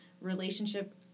relationship